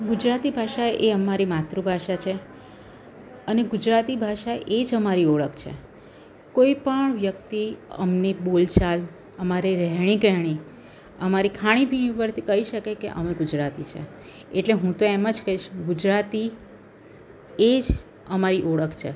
ગુજરાતી ભાષા એ અમારી માતૃભાષા છે અને ગુજરાતી ભાષા એ જ અમારી ઓળખ છે કોઈ પણ વ્યક્તિ અમની બોલ ચાલ અમારી રહેણી કરણી અમારી ખાણી પીણી પરથી કહી શકે કે અમે ગુજરાતી છીએ એટલે હું તો એમ જ કહીશ ગુજરાતી એ જ અમારી ઓળખ છે